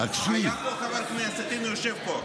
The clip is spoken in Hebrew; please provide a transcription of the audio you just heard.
היה פה חבר כנסת, הינה הוא יושב פה.